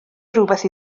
rywbeth